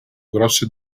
grosse